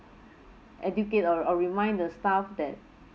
educate or or remind the staff that